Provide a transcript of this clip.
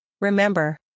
Remember